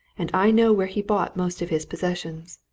and i know where he bought most of his possessions.